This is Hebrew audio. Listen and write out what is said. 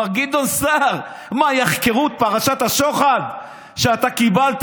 מר גדעון סער, מה, יחקרו את פרשת השוחד שאתה קיבלת